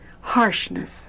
harshness